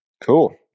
Cool